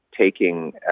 taking